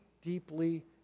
deeply